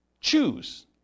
choose